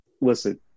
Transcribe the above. listen